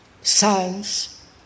science